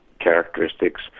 characteristics